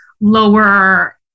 lower